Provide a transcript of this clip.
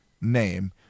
name